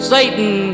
Satan